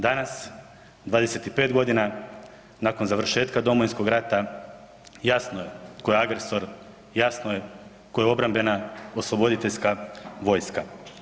Danas 25 godina nakon završetka Domovinskog rata jasno je tko je agresor, jasno je tko je obrambena osloboditeljska vojska.